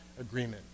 agreement